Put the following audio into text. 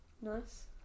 Nice